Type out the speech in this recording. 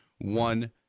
one